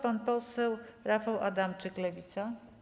Pan poseł Rafał Adamczyk, Lewica.